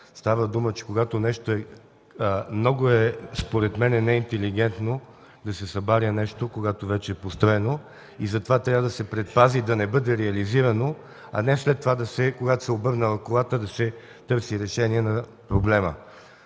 Става дума, че според мен е неинтелигентно да се събаря нещо, когато вече е построено. Затова трябва да се предпази да не бъде реализирано, а не след това, когато се e обърнала колата, да се търси решение на проблема.